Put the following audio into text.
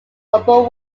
open